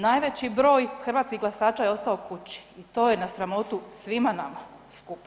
Najveći broj hrvatskih glasača je ostao kući i to je na sramotu svima nama skupa.